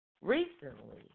recently